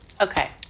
okay